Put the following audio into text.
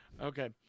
Okay